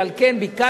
ועל כן ביקשנו